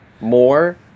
more